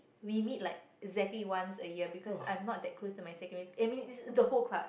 we meet like exactly once a year because I am not that close to my secondary school I mean the whole class